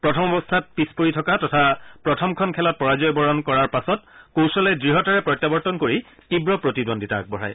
প্ৰথম অৱস্থাত পিছ পৰি থকা তথা প্ৰথমখন খেলত পৰাজয়বৰণ কৰাৰ পাছত কৌশলে দ্য়তাৰে প্ৰত্যাৱৰ্তন কৰি তীৱ প্ৰতিদ্বন্দ্বিতা আগবঢ়ায়